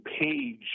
Page